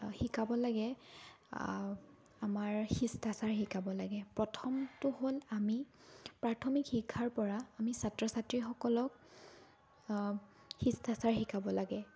শিকাব লাগে আমাৰ শিষ্টাচাৰ শিকাব লাগে প্ৰথমটো হ'ল আমি প্ৰাথমিক শিক্ষাৰ পৰা আমি ছাত্ৰ ছাত্ৰীসকলক শিষ্টাচাৰ শিকাব লাগে